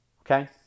Okay